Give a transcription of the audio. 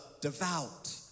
devout